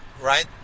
right